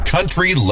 Country